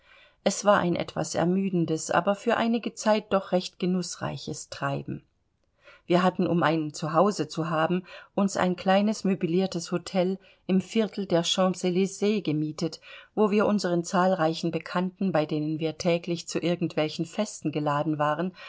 es war ein etwas ermüdendes aber für einige zeit doch recht genußreiches treiben wir hatten um ein zuhause zu haben uns ein kleines möbliertes hotel im viertel der champs elises gemietet wo wir unseren zahlreichen bekannten bei denen wir täglich zu irgend welchen festen geladen waren